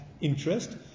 interest